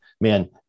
man